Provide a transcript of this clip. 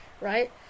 right